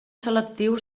selectiu